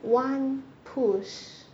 one push